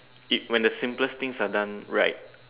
it when the simplest things are done right